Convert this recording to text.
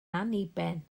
anniben